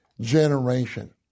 generation